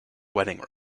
wedding